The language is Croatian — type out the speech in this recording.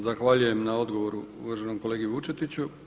Zahvaljujem na odgovoru uvaženom kolegi Vučetiću.